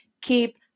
keep